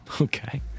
Okay